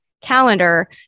calendar